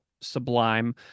Sublime